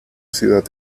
ciudad